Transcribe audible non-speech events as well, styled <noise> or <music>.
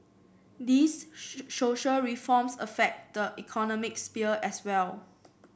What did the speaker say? these <unintelligible> social reforms affect the economic sphere as well